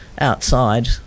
Outside